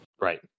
right